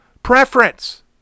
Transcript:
Preference